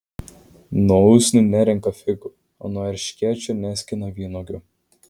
nuo usnių nerenka figų o nuo erškėčio neskina vynuogių